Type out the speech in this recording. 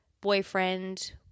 boyfriend